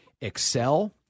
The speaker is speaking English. Excel